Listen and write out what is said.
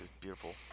beautiful